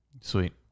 Sweet